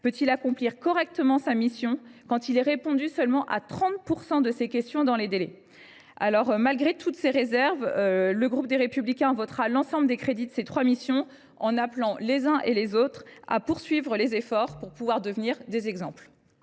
peut il accomplir correctement sa mission quand il ne reçoit de réponse qu’à 30 % de ses questions dans les délais ? Malgré toutes ces réserves, le groupe Les Républicains votera l’ensemble des crédits des trois missions, en appelant les uns et les autres à poursuivre les efforts pour devenir des exemples.